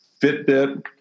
fitbit